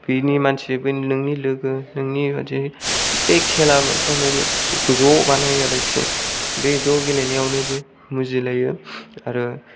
बेनि मानसि बै नोंनि लोगो नोंनि बादि बे खेला मोनसेयानो जोंखौ ज' बानायो आरोखि बे ज' गेलेनायावनो बे मुजिलायो आरो